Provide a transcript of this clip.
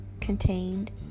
contained